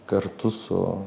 kartu su